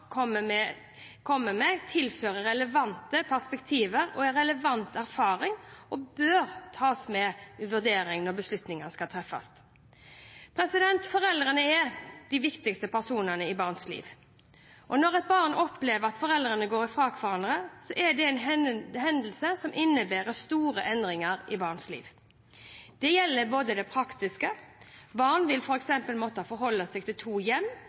med, tilfører relevante perspektiver og relevant erfaring og bør tas med i vurderingen når beslutninger skal treffes. Foreldrene er de viktigste personene i barns liv. Når et barn opplever at foreldrene går fra hverandre, er det en hendelse som innebærer store endringer i barnets liv. Det gjelder både det praktiske – barnet vil f.eks. måtte forholde seg til to hjem